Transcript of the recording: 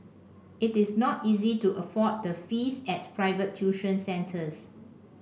it is not easy to afford the fees at private tuition centres